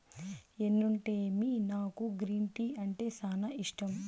ఎన్నుంటేమి నాకు green tea అంటే సానా ఇష్టం